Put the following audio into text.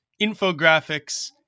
infographics